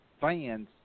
fans